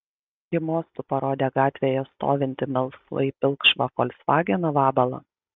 ji mostu parodė gatvėje stovintį melsvai pilkšvą folksvageną vabalą